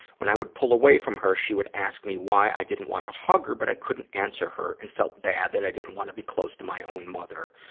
when i would pull away from her, she would ask me why i didn't want to hug her, but i couldn't answer and felt bad that i didn't want to be close to my own mother.